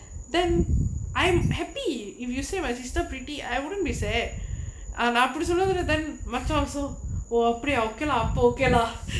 then I'm happy if you say my sister pretty I wouldn't be sad ah நா அப்புடி சொல்லுவேன்:naa appudi solluvaen then மச்சான்:machaan also oh அப்புடியா:appudiyaa okay lah அப்போ:appo okay lah